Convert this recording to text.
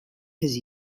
his